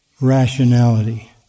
rationality